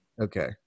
okay